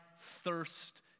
thirst